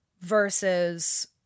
versus